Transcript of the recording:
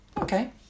Okay